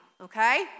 Okay